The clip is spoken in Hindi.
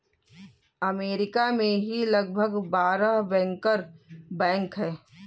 अमरीका में ही लगभग बारह बैंकर बैंक हैं